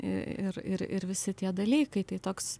ir ir ir visi tie dalykai tai toks